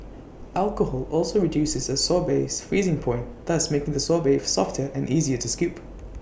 alcohol also reduces A sorbet's freezing point thus making the sorbet softer and easier to skip